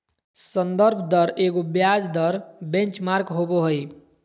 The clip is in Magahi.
संदर्भ दर एगो ब्याज दर बेंचमार्क होबो हइ